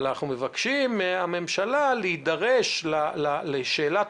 אבל אנחנו מבקשים מהממשלה להידרש לשאלת